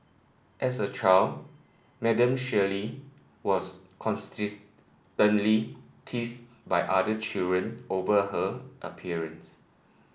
as a child Madam Shirley was constantly teased by other children over her appearance